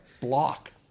block